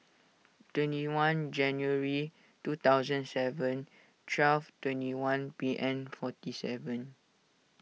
twenty one January two thousand seven twelve twenty one P M forty seven